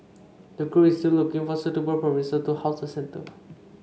the group is still looking for suitable premises to house the centre